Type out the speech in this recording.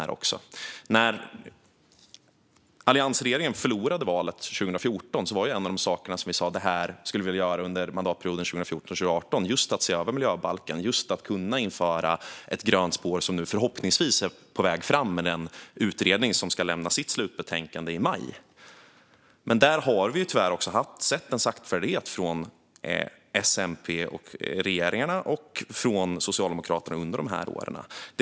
När alliansregeringen förlorade valet 2014 var en av de saker vi sa att vi skulle göra under mandatperioden 2014-2018 just att se över miljöbalken för att införa ett grönt spår, som förhoppningsvis är på väg fram med den utredning som ska lämna sitt slutbetänkande i maj. Men där har vi tyvärr sett en saktfärdighet från S-MP-regeringarna och från Socialdemokraterna under åren.